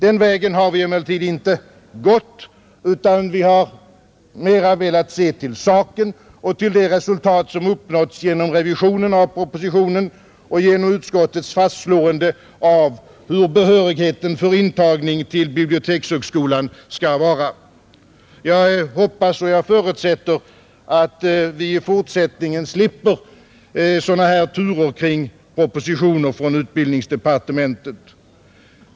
Den vägen har vi emellertid inte gått, utan vi har mera velat se till saken och till det resultat som uppnåtts genom revisionen av propositionen och genom utskottets fastslående av hur behörigheten för intagning till bibliotekshögskolan skall vara. Jag hoppas och förutsätter att vi i fortsättningen slipper sådana här turer kring propositioner från utbildningsdepartementet.